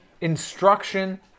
instruction